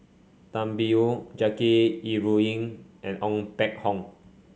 Tan Biyun Jackie Yi Ru Ying and Ong Peng Hock